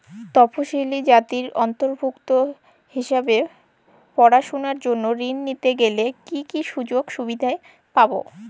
তফসিলি জাতির অন্তর্ভুক্ত হিসাবে পড়াশুনার জন্য ঋণ নিতে গেলে কী কী সুযোগ সুবিধে পাব?